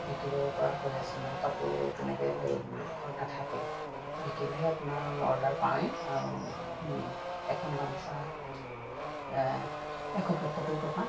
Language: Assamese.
বিকিব পৰা হৈ আছো মানে কাপোৰ তেনেকৈ ঘৰত নাথাকেই বিকিলে আপোনাৰ অৰ্ডাৰ পাওঁৱেই আৰু নিয়ে এখন গামোচাত এশ পঁয়সত্তৰ টকা